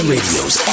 Radio's